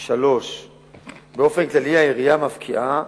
3. באופן כללי העירייה מפקיעה